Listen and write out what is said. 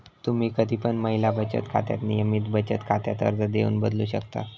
तुम्ही कधी पण महिला बचत खात्याक नियमित बचत खात्यात अर्ज देऊन बदलू शकतास